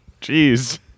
Jeez